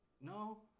No